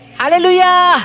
Hallelujah